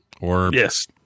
Yes